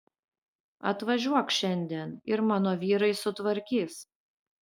atvažiuok šiandien ir mano vyrai sutvarkys